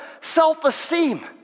self-esteem